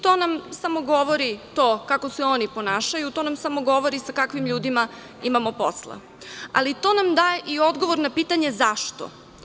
To nam samo govori to kako se oni ponašaju, to nam samo govori sa kakvim ljudima imamo posla, ali to nam daje i odgovor na pitanje – zašto.